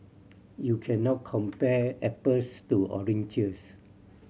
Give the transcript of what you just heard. you cannot compare apples to oranges